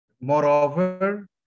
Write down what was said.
moreover